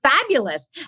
fabulous